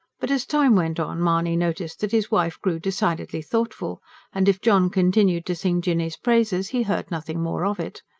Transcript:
but as time went on mahony noticed that his wife grew decidedly thoughtful and if john continued to sing jinny's praises, he heard nothing more of it.